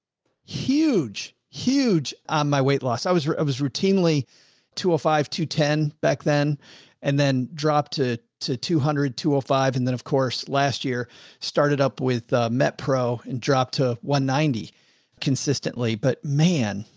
huge huge on my weight loss. i was, i was routinely to a five to ten back then and then drop to to two hundred and two oh five. and then of course last year started up with a medpro and dropped to one ninety consistently. but man,